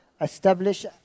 establish